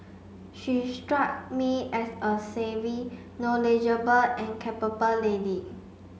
she struck me as a savvy knowledgeable and capable lady